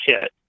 kit